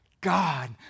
God